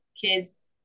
kids